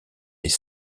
les